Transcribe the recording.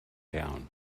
down